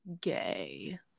gay